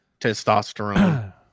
testosterone